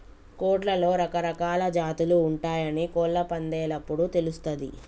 కోడ్లలో రకరకాలా జాతులు ఉంటయాని కోళ్ళ పందేలప్పుడు తెలుస్తది